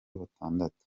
batandatu